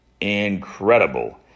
incredible